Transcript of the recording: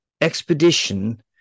expedition